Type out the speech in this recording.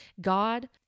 God